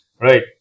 right